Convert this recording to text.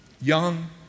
Young